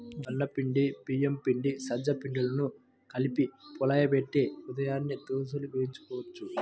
జొన్న పిండి, బియ్యం పిండి, సజ్జ పిండిలను కలిపి పులియబెట్టి ఉదయాన్నే దోశల్ని వేసుకోవచ్చు